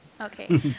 Okay